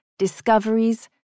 Discoveries